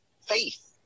faith